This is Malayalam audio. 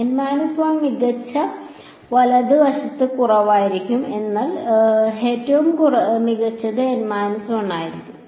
N 1 മികച്ച വലത് വശത്ത് കുറവായിരിക്കാം എന്നാൽ ഏറ്റവും മികച്ചത് N 1 ആയിരിക്കും